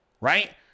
right